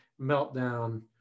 meltdown